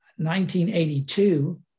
1982